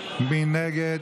מי נגד?